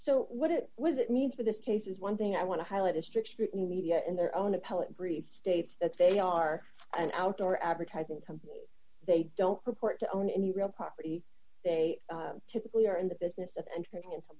so what it was it means for this case is one thing i want to highlight a strict scrutiny media in their own appellate brief states that they are an outdoor advertising company they don't purport to own any real property they typically are in the business of entering into